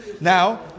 Now